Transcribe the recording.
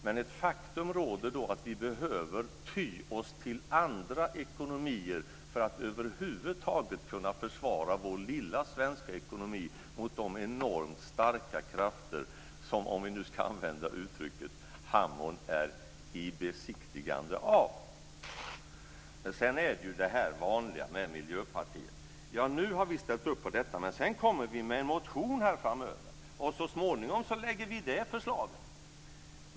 Men ett faktum råder: Vi behöver ty oss till andra ekonomier för att över huvud taget kunna försvara vår lilla svenska ekonomi mot de enormt starka krafter som, om vi nu ska använda uttrycket, mammon är i besittning av. Sedan är det det här vanliga med Miljöpartiet. Man säger: Ja, nu har vi ställt upp på detta, men sedan kommer vi med en motion här framöver, och så småningom lägger vi fram det förslaget.